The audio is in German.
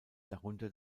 darunter